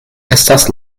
estas